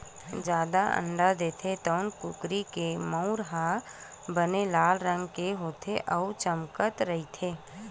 जादा अंडा देथे तउन कुकरी के मउर ह बने लाल रंग के होथे अउ चमकत रहिथे